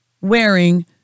wearing